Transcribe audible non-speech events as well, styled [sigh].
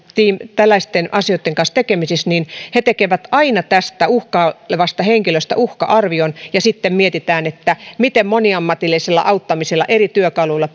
tällaisten asioitten kanssa tekemisissä hän totesi että he tekevät aina tästä uhkailevasta henkilöstä uhka arvion ja sitten mietitään miten moniammatillisella auttamisella eri työkaluilla [unintelligible]